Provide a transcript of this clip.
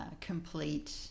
complete